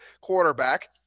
quarterback